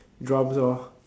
drums lor